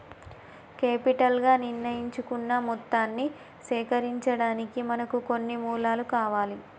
capital గా నిర్ణయించుకున్న మొత్తాన్ని సేకరించడానికి మనకు కొన్ని మూలాలు కావాలి